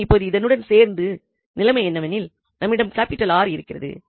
மேலும் இப்பொழுது இதனுடன் சேர்ந்ததால் நிலைமை என்னவெனில் நம்மிடம் 𝑅 இருக்கிறது